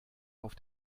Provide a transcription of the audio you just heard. auf